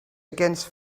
against